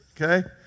okay